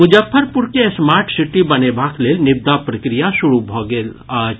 मुजफ्फरपुर के smart city बनेबाक लेल निविदा प्रक्रिया शुरू भऽ गेल अछि